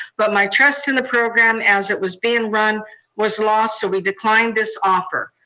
but my trust in the program as it was being run was lost, so we declined this offer.